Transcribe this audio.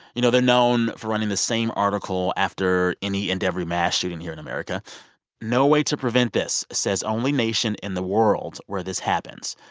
you know, they're known for running the same article after any and every mass shooting here in america no way to prevent this, says only nation in the world where this happens.